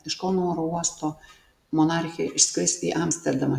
iš kauno oro uosto monarchė išskris į amsterdamą